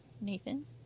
nathan